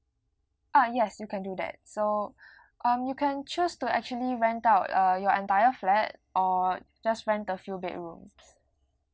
ah yes you can do that so um you can choose to actually rent out uh your entire flat or just rent a few bedrooms